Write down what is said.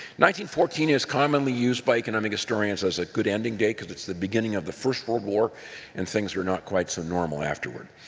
fourteen is commonly used by economic historians as a good ending date because's the beginning of the first world war and things are not quite so normal afterward.